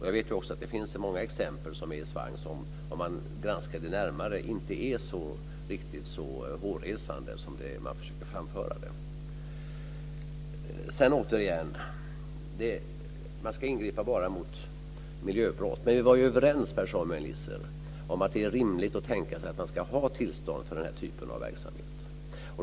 Jag vet också att det finns många exempel som är i svang och som, när man granskar dem lite närmare, inte är riktigt så hårresande som man försöker framställa det. Man ska ingripa bara mot miljöbrott. Men vi var ju överens, Per-Samuel Nisser, om att det är rimligt att tänka sig att man ska ha tillstånd för den här typen av verksamhet.